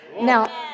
now